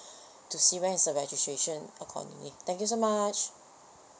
to see when is the registration accordingly thank you so much